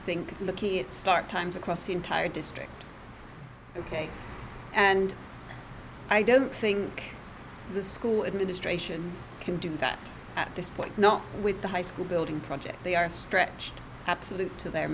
think the key is start times across the entire district ok and i don't think the school administration can do that at this point not with the high school building project they are stretched absolute to their